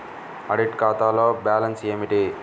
Audit ఖాతాలో balance ఏమిటీ?